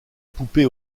poupée